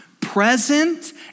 present